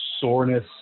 soreness